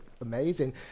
amazing